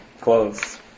Clothes